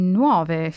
nuove